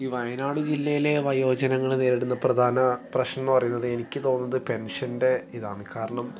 ഈ വയനാട് ജില്ലയിലെ വയോജനങ്ങൾ നേരിടുന്ന പ്രധാന പ്രശ്നംന്ന് പറയുന്നത് എനിക്ക് തോന്നുന്നത് പെൻഷൻ്റെ ഇതാണ് കാരണം